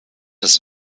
des